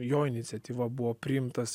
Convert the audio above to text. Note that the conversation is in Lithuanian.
jo iniciatyva buvo priimtas